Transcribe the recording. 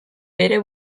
bere